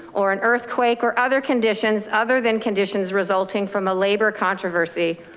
or an earthquake or other conditions other than conditions resulting from a labor controversy.